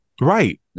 Right